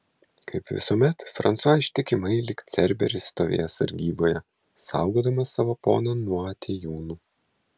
kaip visuomet fransua ištikimai lyg cerberis stovėjo sargyboje saugodamas savo poną nuo atėjūnų